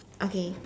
okay